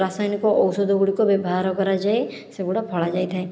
ରାସାୟନିକ ଔଷଧ ଗୁଡ଼ିକ ବ୍ୟବହାର କରାଯାଇ ସେଗୁଡ଼ା ଫଳା ଯାଇଥାଏ